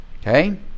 Okay